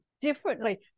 differently